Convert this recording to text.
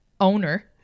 owner